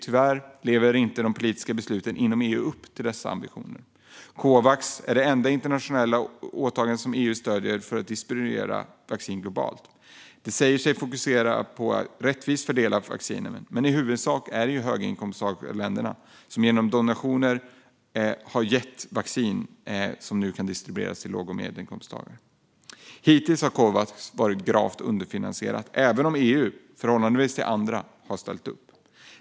Tyvärr lever de politiska besluten inom EU inte upp till dessa ambitioner. Covax är det enda internationella åtagande som EU stöder för att distribuera vaccin globalt. Det säger sig fokusera på att fördela vaccin rättvist, men i huvudsak är det genom höginkomstländernas donationer som vaccin nu kan distribueras till låg och medelinkomstländer. Hittills har Covax varit gravt underfinansierat även om EU i förhållande till andra har ställt upp.